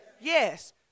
Yes